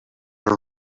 are